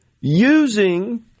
using